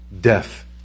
death